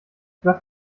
blatt